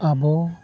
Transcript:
ᱟᱵᱚ